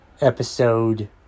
episode